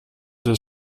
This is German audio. des